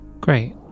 Great